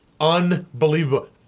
Unbelievable